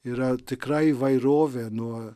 yra tikra įvairovė nuo